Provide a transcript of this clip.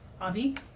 Avi